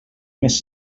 més